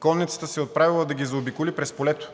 Конницата се отправила да ги заобиколи през полето.